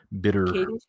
bitter